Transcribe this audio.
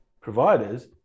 providers